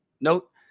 note